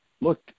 look